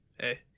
hey